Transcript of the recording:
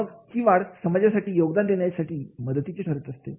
मग ही वाढ समाजासाठी योगदान देण्यामध्ये मदतीचे असते